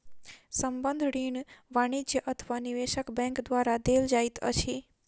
संबंद्ध ऋण वाणिज्य अथवा निवेशक बैंक द्वारा देल जाइत अछि